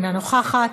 אינה נוכחת,